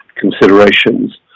considerations